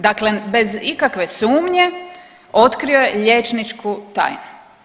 Dakle bez ikakve sumnje otkrio je liječničku tajnu.